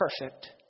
perfect